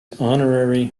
honorary